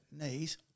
knees